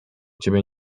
ciebie